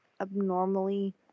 abnormally